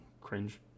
Cringe